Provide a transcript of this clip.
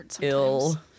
ill